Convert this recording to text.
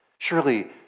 Surely